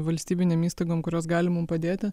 valstybinėm įstaigom kurios gali mum padėti